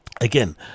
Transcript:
again